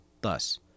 thus